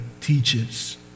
teaches